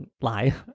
lie